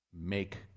make